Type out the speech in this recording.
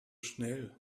schnell